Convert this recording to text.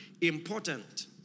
important